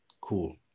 Cool